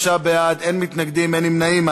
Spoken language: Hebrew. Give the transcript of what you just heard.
בעד, אין מתנגדים ואין נמנעים.